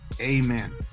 amen